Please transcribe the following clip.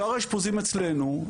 שאר האשפוזים אצלנו,